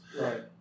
right